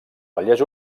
vallès